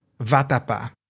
vatapa